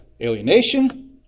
alienation